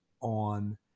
on